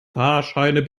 fahrscheine